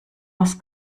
aus